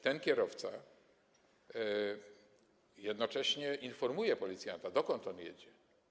Ten kierowca jednocześnie informuje policjanta, dokąd jedzie.